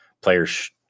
players